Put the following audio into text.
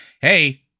hey